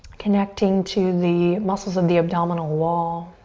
connecting to the muscles of the abdominal wall.